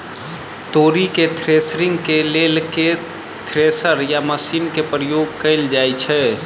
तोरी केँ थ्रेसरिंग केँ लेल केँ थ्रेसर या मशीन केँ प्रयोग कैल जाएँ छैय?